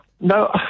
no